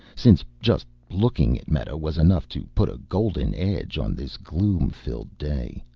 since just looking at meta was enough to put a golden edge on this gloom-filled day.